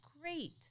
great